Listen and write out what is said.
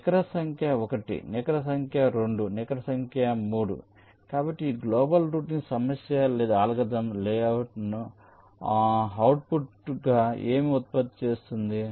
నికర సంఖ్య 1 నికర సంఖ్య 2 నికర సంఖ్య 3 ఉంది కాబట్టి ఈ గ్లోబల్ రౌటింగ్ సమస్య లేదా అల్గోరిథం అవుట్పుట్గా ఏమి ఉత్పత్తి చేస్తుంది